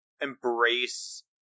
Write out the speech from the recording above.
embrace